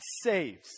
saves